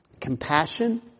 compassion